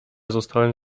zostałem